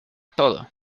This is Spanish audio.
todo